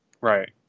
Right